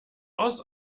aus